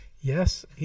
Yes